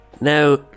Now